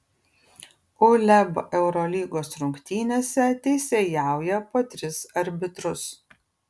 uleb eurolygos rungtynėse teisėjauja po tris arbitrus